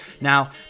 now